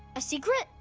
a secret?